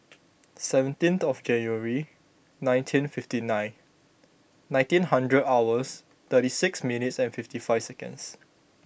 seventeen of January nineteen fifty nine nineteen hundred hours thirty six minutes and fifty five seconds